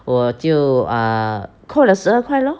我就 err 扣了十二块 lor